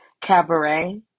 cabaret